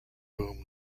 boom